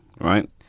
right